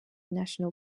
national